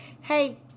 hey